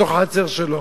בתוך החצר שלו.